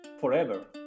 forever